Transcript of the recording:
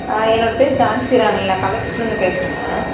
ஆ என்னோடய பெயர் ஜான்சி ராணி நான் கள்ளக்குறிச்சிலேருந்து பேசுகிறேங்க